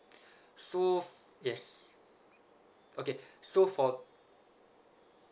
so yes okay so for